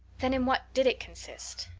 then in what did it consist?